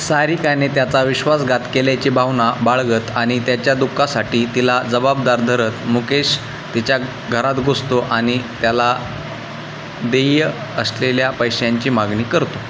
सारिकाने त्याचा विश्वासघात केल्याची भावना बाळगत आणि त्याच्या दुःखासाठी तिला जबाबदार धरत मुकेश तिच्या घरात घुसतो आणि त्याला देय असलेल्या पैशांची मागणी करतो